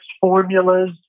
formulas